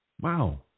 Wow